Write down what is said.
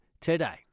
today